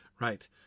right